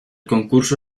concurso